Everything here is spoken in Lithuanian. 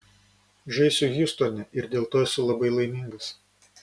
žaisiu hjustone ir dėl to esu labai laimingas